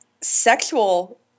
sexual –